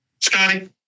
Scotty